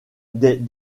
des